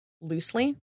loosely